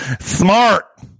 Smart